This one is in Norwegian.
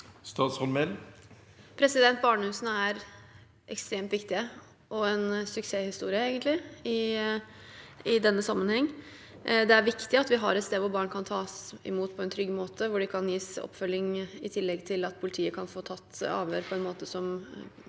Barnehusene er ekstremt viktige og en suksesshistorie i denne sammenhengen. Det er viktig at vi har et sted hvor barn kan tas imot på en trygg måte, og hvor de kan gis oppfølging, i tillegg til at politiet kan få tatt avhør på en måte som